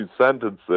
sentences